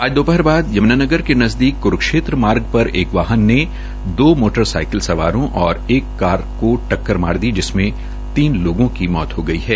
आज दोपहर बाद यमुनानगर के नज़दीक कुरूक्षेत्र मार्ग पर एक वाहन ने दो मोटरसाइकिल सवारों और एक को टककर मार दी जिसमें तीन लोगों की मौत हो गई है